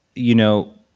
you know,